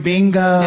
Bingo